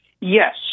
Yes